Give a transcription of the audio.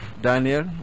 Daniel